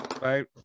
right